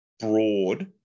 Broad